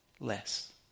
less